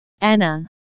Anna